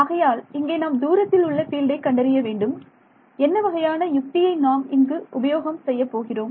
ஆகையால் இங்கே நாம் தூரத்தில் உள்ள ஃபீல்டை கண்டறிய வேண்டும் என்ன வகையான யுக்தியை நான் இங்கு உபயோகம் செய்யப்போகிறேன்